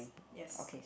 yes